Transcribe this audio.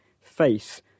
face